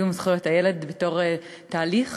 לקידום זכויות הילד בתור תהליך,